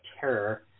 Terror